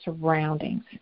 surroundings